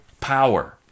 Power